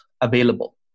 available